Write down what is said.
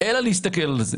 אלא להסתכל על זה.